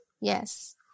Yes